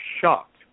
shocked